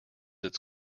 its